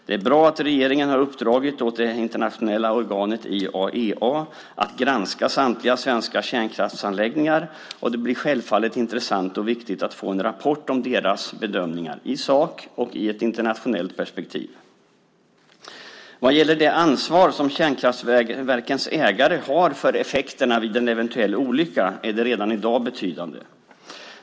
Det är bra att regeringen har uppdragit åt det internationella organet IAEA att granska samtliga svenska kärnkraftsanläggningar, och det blir självfallet intressant och viktigt att få en rapport om deras bedömningar i sak och i ett internationellt perspektiv. Det ansvar som kärnkraftverkens ägare har för effekterna vid en eventuell olycka är redan i dag betydande.